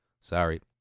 Sorry